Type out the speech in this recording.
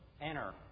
enter